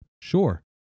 sure